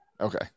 okay